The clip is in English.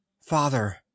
Father